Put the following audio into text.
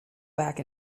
back